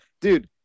dude